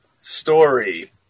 story